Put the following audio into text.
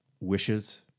wishes